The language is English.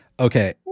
Okay